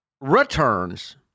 returns